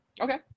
Okay